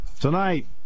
Tonight